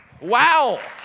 Wow